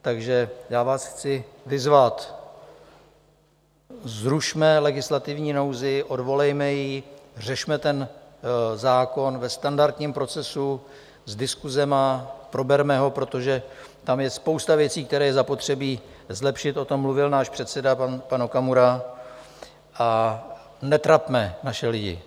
Takže já vás chci vyzvat, zrušme legislativní nouzi, odvolejme ji, řešme ten zákon ve standardním procesu, s diskusemi, probereme ho, protože tam je spousta věcí, které je zapotřebí zlepšit, o tom mluvil náš předseda pan Okamura, a netrapme naše lidi!